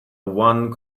one